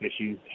issues